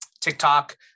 TikTok